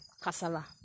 kasala